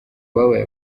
babaye